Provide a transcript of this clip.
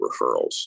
referrals